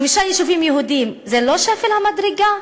חמישה יישובים יהודיים, זה לא שפל המדרגה?